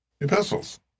epistles